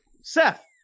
Seth